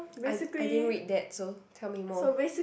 I I didn't read that so tell me more